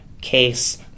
case